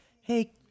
hey